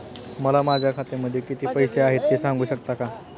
मला माझ्या खात्यामध्ये किती पैसे आहेत ते सांगू शकता का?